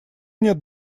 нет